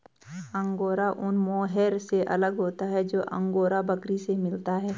angora ऊन mohair से अलग होता है जो अंगोरा बकरी से मिलता है